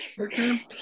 Okay